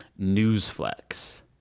Newsflex